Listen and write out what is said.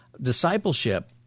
Discipleship